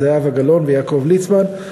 זהבה גלאון ויעקב ליצמן.